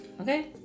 Okay